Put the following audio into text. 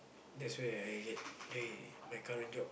that's why I get I my current job